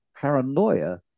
Paranoia